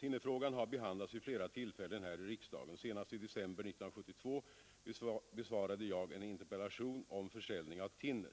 Thinnerfrågan har behandlats vid flera tillfällen här i riksdagen. Senast i december 1972 besvarade jag en interpellation om försäljningen av thinner.